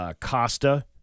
Costa